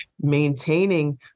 maintaining